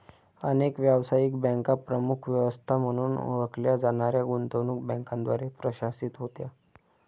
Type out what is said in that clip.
अनेक व्यावसायिक बँका प्रमुख व्यवस्था म्हणून ओळखल्या जाणाऱ्या गुंतवणूक बँकांद्वारे प्रशासित होत्या